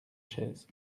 chaise